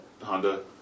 Honda